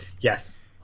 yes